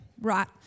right